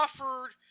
offered